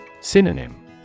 Synonym